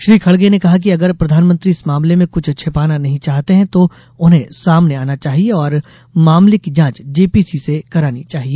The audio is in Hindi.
श्री खड़गे ने कहा कि अगर प्रधानमंत्री इस मामले में कुछ छिपाना नहीं चाहते हैं तो उन्हें सामने आना चाहिए और मामले की जांच जेपीसी से करानी चाहिए